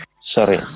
Sorry